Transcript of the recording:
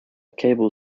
cable